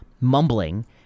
mumbling